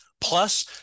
plus